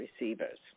receivers